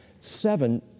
Seven